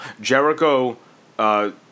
Jericho